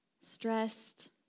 stressed